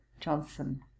Johnson